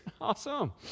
Awesome